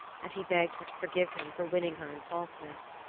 and he begged her to forgive him for winning her in falseness.